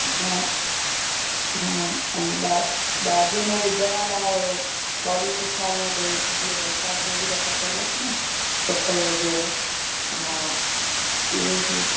हा हा ऐं ॾा में ॾाजे में विझण लाइ ॾाढी सुठा ईअं भई जीअं बरसाति में बि त खपंदसि न चप्पल वगै़रह हा उहे बि